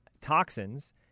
toxins